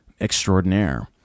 extraordinaire